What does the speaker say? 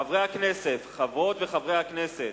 חברות וחברי הכנסת,